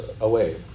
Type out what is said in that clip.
away